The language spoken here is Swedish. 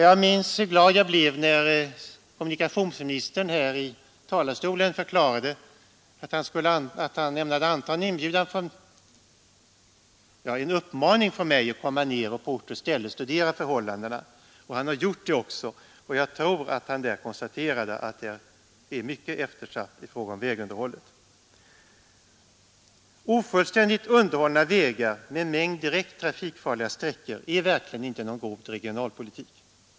Jag minns hur glad jag blev när kommunikationsministern här i talarstolen förklarade att han ämnade efterkomma en uppmaning från mig att komma ned och på ort och ställe studera förhållandena. Han har också gjort det, och jag tror att han där konstaterade att mycket är eftersatt i fråga om vägunderhållet. Ofullständigt underhållna vägar med en mängd direkt trafikfarliga sträckor är verkligen inte någon god regionalpolitik.